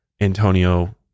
Antonio